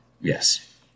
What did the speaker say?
Yes